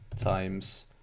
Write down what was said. times